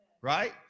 right